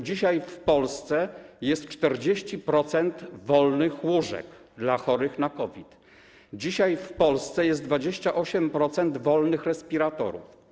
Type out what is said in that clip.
Dzisiaj w Polsce jest 40% wolnych łóżek dla chorych na COVID, dzisiaj w Polsce jest 28% wolnych respiratorów.